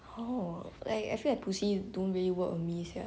oh like I feel like 补习 don't really work on me sia